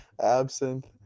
Absinthe